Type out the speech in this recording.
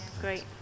Great